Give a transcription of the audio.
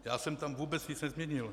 Já jsem tam vůbec nic nezměnil.